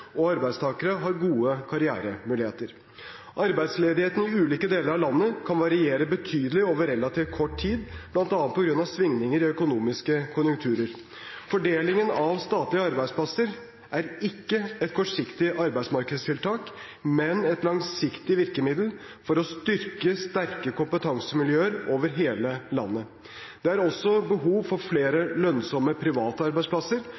og arbeidstakere har gode karrieremuligheter. Arbeidsledigheten i ulike deler av landet kan variere betydelig over relativt kort tid, bl.a. på grunn av svingninger i økonomiske konjunkturer. Fordelingen av statlige arbeidsplasser er ikke et kortsiktig arbeidsmarkedstiltak, men et langsiktig virkemiddel for å styrke sterke kompetansemiljøer over hele landet. Det er også behov for flere lønnsomme private arbeidsplasser